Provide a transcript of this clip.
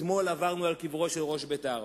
אתמול עברנו על פני קברו של ראש בית"ר.